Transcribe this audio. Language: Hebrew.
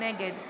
נגד